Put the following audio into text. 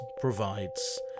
provides